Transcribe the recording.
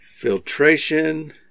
Filtration